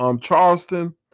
Charleston